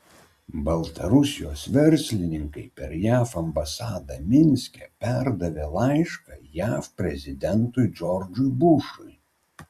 baltarusijos verslininkai per jav ambasadą minske perdavė laišką jav prezidentui džordžui bušui